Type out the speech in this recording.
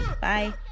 Bye